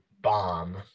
bomb